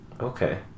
Okay